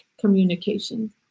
communication